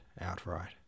outright